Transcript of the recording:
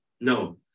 No